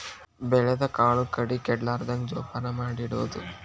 ಬೆಳದ ಕಾಳು ಕಡಿ ಕೆಡಲಾರ್ದಂಗ ಜೋಪಾನ ಮಾಡಿ ಇಡುದು